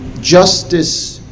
Justice